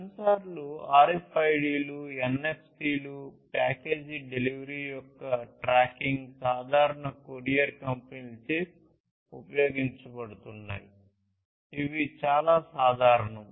సెన్సార్లు RFID లు NFC లు ప్యాకేజీ డెలివరీ యొక్క ట్రాకింగ్ సాధారణంగా కొరియర్ కంపెనీలచే ఉపయోగించబడుతున్నాయి ఇది చాలా సాధారణం